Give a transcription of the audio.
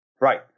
Right